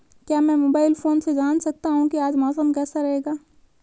क्या मैं mobile phone से जान सकता हूँ कि आज मौसम कैसा रहेगा?